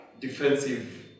defensive